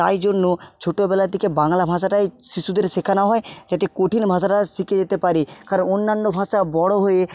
তাই জন্য ছোটোবেলা থেকে বাংলা ভাষাটাই শিশুদের শেখানো হয় যাতে কঠিন ভাষাটা শিখে যেতে পারে কারণ অন্যান্য ভাষা বড়ো হয়ে